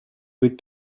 быть